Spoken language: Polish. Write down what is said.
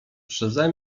przeze